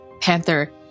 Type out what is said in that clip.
panther